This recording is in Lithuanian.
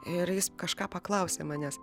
ir jis kažką paklausė manęs